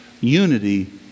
Unity